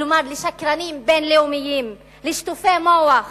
כלומר לשקרנים בין-לאומיים, לשטופי מוח